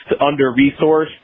under-resourced